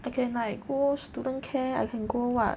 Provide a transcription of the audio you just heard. I can like go student care I can go [what]